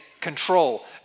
control